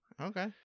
Okay